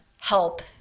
help